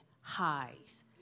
highs